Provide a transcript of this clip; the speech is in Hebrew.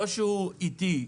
חברים,